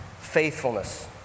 faithfulness